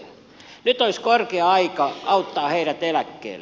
nyt olisi korkea aika auttaa heidät eläkkeelle